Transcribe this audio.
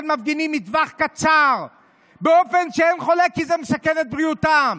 מפגינים מטווח קצר באופן שאין חולק כי זה מסכן את בריאותם".